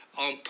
on